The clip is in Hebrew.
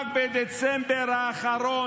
רק בדצמבר האחרון,